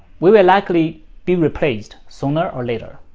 we will likely be replaced sooner or later.